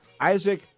Isaac